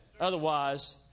Otherwise